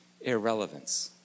Irrelevance